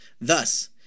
Thus